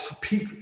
peak